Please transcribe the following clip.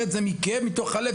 אני אומר את זה בכאב ומתוך הלב,